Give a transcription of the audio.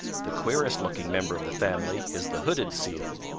the queerest-looking member of the family is the hooded seal.